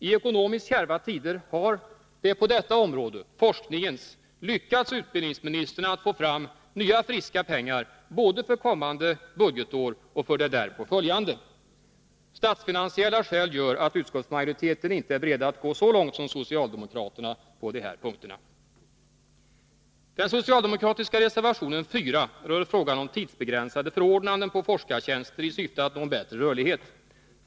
I ekonomiskt kärva tider har det på detta område, forskningens, lyckats utbildningsministern att få fram nya friska pengar både för det kommande budgetåret och för det därpå följande. Statsfinansiella hänsynstaganden gör attutskottsmajoriteten inte är beredd att gå så långt som socialdemokraterna på dessa punkter. Den socialdemokratiska reservationen 4 rör frågan om tidsbegränsade förordnanden på forskartjänster, i syfte att nå en bättre rörlighet.